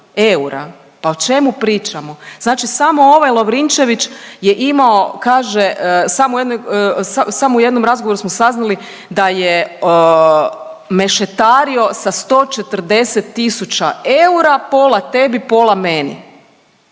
Pa o čemu pričamo? Znači samo ovaj Lovrinčević je imao kaže samo u jednom razgovoru smo saznali da je mešetario sa 140 tisuća eura pola tebi, pola meni.